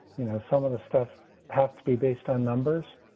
you know, some of the stuff has to be based on numbers.